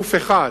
לגוף אחד,